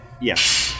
Yes